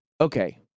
okay